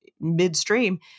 midstream